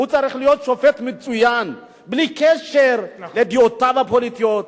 הוא צריך להיות שופט מצוין בלי קשר לדעותיו הפוליטיות,